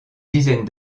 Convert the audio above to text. dizaine